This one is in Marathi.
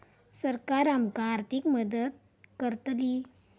सरकार आमका आर्थिक मदत करतली?